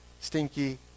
stinky